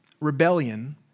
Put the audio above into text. rebellion